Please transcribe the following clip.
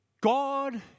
God